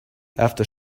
after